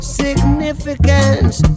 significance